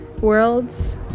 worlds